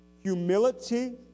humility